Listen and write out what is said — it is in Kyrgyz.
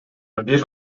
бир